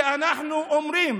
שגם אנחנו אומרים